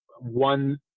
one